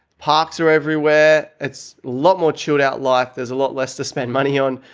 parks are everywhere. it's lot more chilled out life. there's a lot less to spend money on.